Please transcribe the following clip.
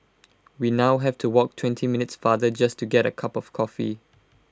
we now have to walk twenty minutes farther just to get A cup of coffee